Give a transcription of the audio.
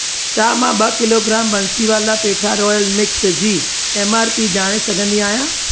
छा मां ॿ किलोग्राम बंसीवाला पेठा रॉयल मिक्स जी एमआरपी ॼाणे सघंदी आहियां